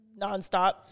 nonstop